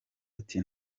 ati